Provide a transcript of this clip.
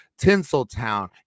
Tinseltown